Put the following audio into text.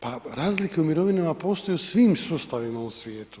Pa razlike u mirovinama postoje u svim sustavima u svijetu.